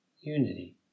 unity